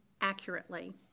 accurately